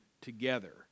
together